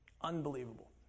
Unbelievable